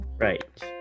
Right